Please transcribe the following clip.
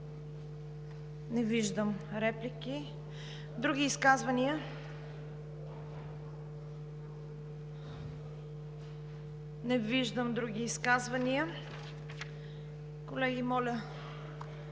Не виждам реплики. Други изказвания? Не виждам други изказвания. Квесторите,